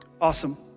Awesome